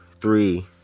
three